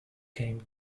came